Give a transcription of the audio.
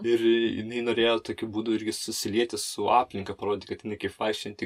ir jinai norėjo tokiu būdu irgi susilieti su aplinka parodyti kad jinai kaip vaikščiojanti